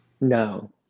No